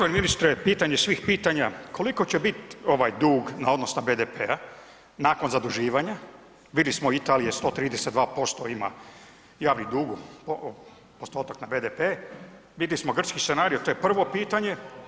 Poštovani ministre, pitanje svih pitanja, koliko će biti dug na odnos na BDP-a nakon zaduživanja, vidjeli smo Italija, 132% ima javni dug, postotak na BDP, vidjeli smo grčki scenario, to je prvo pitanje.